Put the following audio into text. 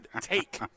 take